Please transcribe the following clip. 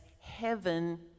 heaven